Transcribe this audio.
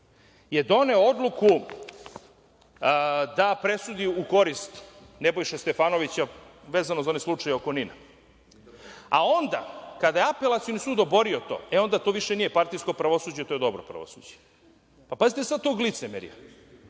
je doneo odluku da presudi u korist Nebojše Stefanovića, vezano za onaj slučaj oko „NIN-a“. Onda, kada je Apelacioni sud oborio to, onda to više nije partijsko pravosuđe, to je dobro pravosuđe. Pazite sad tog licemerja.